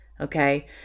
Okay